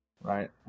Right